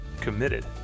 Committed